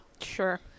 Sure